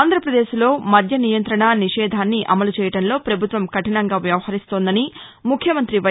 ఆంధ్రప్రదేశ్లో మద్య నియంతణ నిషేధాన్ని అమలు చేయడంలో పభుత్వం కఠినంగా వ్యవహరిస్తోందని ముఖ్యమంత్రి వై